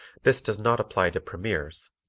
this does not apply to premieres,